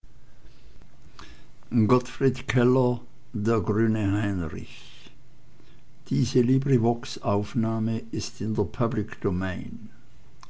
gottfried keller der